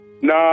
No